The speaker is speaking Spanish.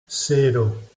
cero